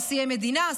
נשיאי מדינה,